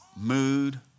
Mood